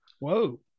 whoa